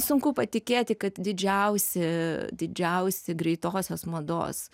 sunku patikėti kad didžiausi didžiausi greitosios mados